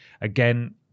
Again